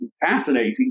fascinating